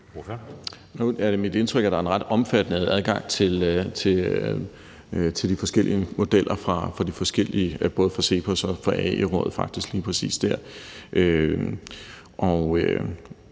Nu er det mit indtryk, at der er en ret omfattende adgang til de forskellige modeller både fra CEPOS og fra Arbejderbevægelsens Erhvervsråd – faktisk lige præcis der. Der